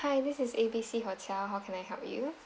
hi this is A B C hotel how can I help you